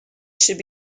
should